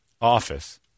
office